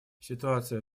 ситуация